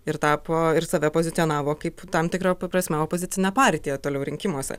ir tapo ir save pozicionavo kaip tam tikra prasme opozicinė partija toliau rinkimuose